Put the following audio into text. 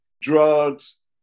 drugs